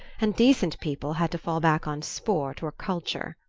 and decent people had to fall back on sport or culture.